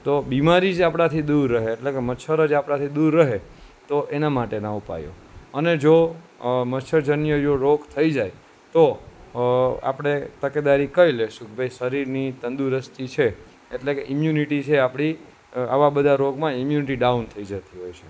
તો બીમારી જ આપણાથી દૂર રહે એટલે કે મચ્છર જ આપણાથી દૂર રહે તો એના માટેના ઉપાયો અને જો મચ્છરજન્ય રોગ થઈ જાય તો આપણે તકેદારી કઈ લેશું ભાઈ શરીરની તંદુરસ્તી છે એટલે કે ઇમ્યુનિટી છે આપણી આવા બધા રોગમાં ઇમ્યુનિટી ડાઉન થઈ જતી હોય છે